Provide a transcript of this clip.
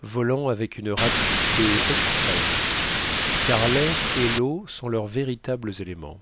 volant avec une rapidité extrême car l'air et l'eau sont leurs véritables éléments